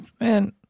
Man